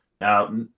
Now